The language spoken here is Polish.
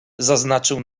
zaznaczył